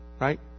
right